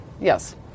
Yes